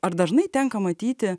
ar dažnai tenka matyti